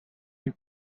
you